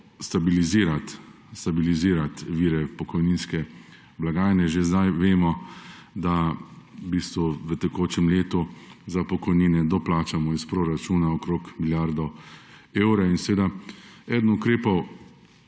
stabilizirati vire pokojninske blagajne. Že sedaj vemo, da v tekočem letu za pokojnine doplačamo iz proračuna okoli milijardo evrov. In eden od ukrepov,